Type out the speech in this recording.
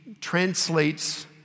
translates